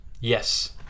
Yes